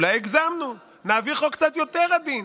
אולי הגזמנו, נעביר חוק קצת יותר עדין,